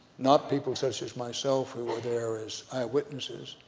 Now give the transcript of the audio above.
not people such as myself who were there as eye witnesses,